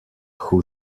who